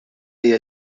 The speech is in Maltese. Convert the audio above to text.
hija